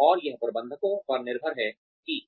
और यह प्रबंधकों पर निर्भर है कि